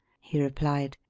he replied,